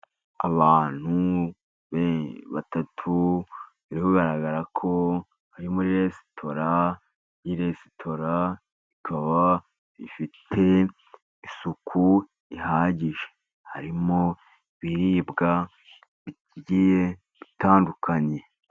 Abantu batatu bigaragarako ari muri resitora, iyi resitora ikaba ifite isuku ihagije. Harimo ibiribwa bigiye bitandukanye.